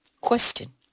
Question